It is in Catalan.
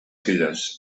filles